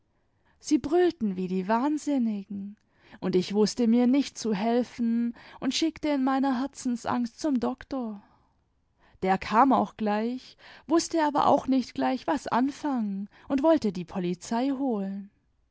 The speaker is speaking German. sie brüllten wie die wahnsinnigen und ich wußte mir nicht zu helfen und schickte in meinecji erzensangst zum doktor der kam auch gleich wußte aber auch nicht gleich was anfangen und wollte die polizei holen